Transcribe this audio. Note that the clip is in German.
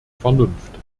vernunft